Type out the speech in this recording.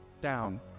Down